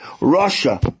Russia